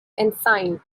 ensign